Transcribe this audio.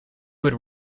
would